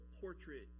portrait